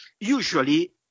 usually